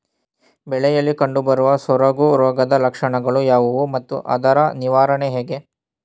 ಬೆಳೆಯಲ್ಲಿ ಕಂಡುಬರುವ ಸೊರಗು ರೋಗದ ಲಕ್ಷಣಗಳು ಯಾವುವು ಮತ್ತು ಅದರ ನಿವಾರಣೆ ಹೇಗೆ?